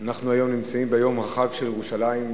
אנחנו נמצאים היום ביום החג של ירושלים,